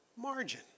margin